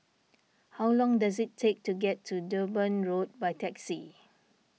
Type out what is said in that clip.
how long does it take to get to Durban Road by taxi